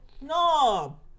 No